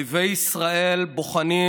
אויבי ישראל בוחנים,